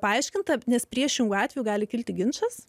paaiškinta nes priešingu atveju gali kilti ginčas